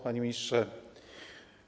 Panie Ministrze!